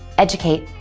educate,